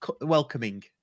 welcoming